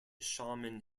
shaman